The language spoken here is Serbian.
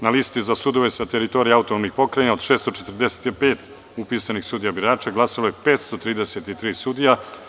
Na listi za sudove sa teritorije autonomnih pokrajina, od 645 upisanih sudija birača, glasalo je 533 sudija.